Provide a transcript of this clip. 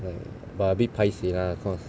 but a bit paiseh lah because